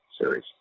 series